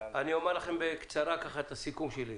אומר בקצרה את הסיכום שלי: